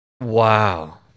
Wow